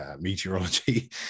meteorology